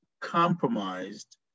compromised